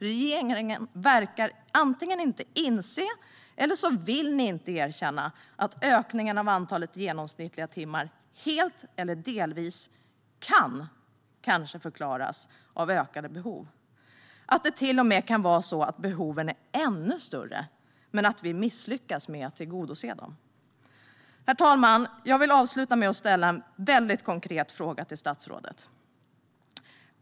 Regeringen verkar antingen inte inse eller också vill den inte erkänna att ökningen av antalet genomsnittliga timmar helt eller delvis kan förklaras av ökade behov och att det till och med kan vara så att behoven är ännu större men att vi misslyckas med att tillgodose dem. Jag vill avsluta mitt anförande med att ställa en mycket konkret fråga till statsrådet.